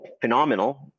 phenomenal